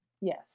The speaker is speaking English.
Yes